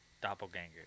Doppelganger